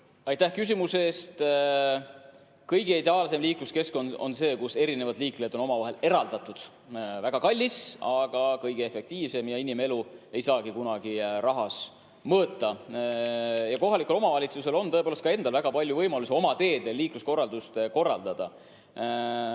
Aitäh küsimuse eest! Kõige ideaalsem liikluskeskkond on see, kus erinevad liiklejad on omavahel eraldatud. Väga kallis, aga kõige efektiivsem. Ja inimelu ei saagi kunagi rahas mõõta. Kohalikul omavalitsusel on tõepoolest ka endal väga palju võimalusi oma teedel liiklust korraldada.